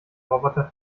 roboter